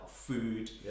food